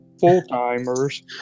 full-timers